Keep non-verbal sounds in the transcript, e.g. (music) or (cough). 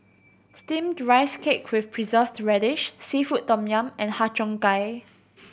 (noise) Steamed Rice Cake with Preserved Radish seafood tom yum and Har Cheong Gai (noise)